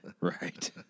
Right